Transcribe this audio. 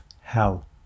hell